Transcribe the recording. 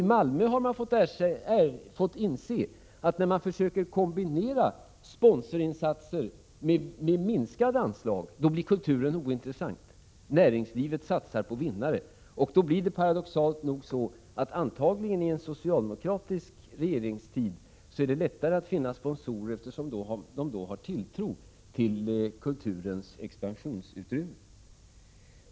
I Malmö har man insett att när man försöker kombinera sponsorinsatser med minskade anslag, blir kulturen ointressant. Näringslivet satsar på vinnare. Paradoxalt nog är det antagligen lättare att finna sponsorer i en socialdemokratisk regeringstid, eftersom de då har tilltro till kulturens expansionsutrymme.